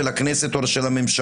של הכנסת או של הממשלה,